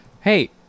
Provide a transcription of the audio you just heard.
Hey